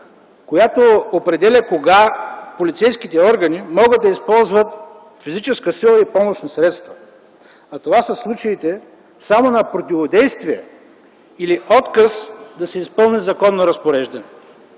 която определя кога полицейските органи могат да използват физическа сила и помощни средства. А това са случаите само на противодействие или отказ да се изпълни законно разпореждане,